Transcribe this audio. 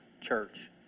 church